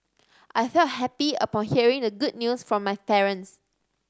I felt happy upon hearing the good news from my parents